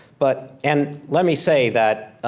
but, and let me say that,